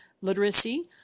literacy